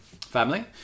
family